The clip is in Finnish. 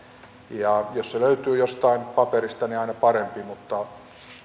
jos se löytyy jostain paperista niin aina parempi mutta